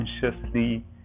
consciously